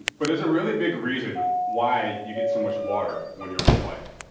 but there's a really big reason why you get so much water when you're on a flight.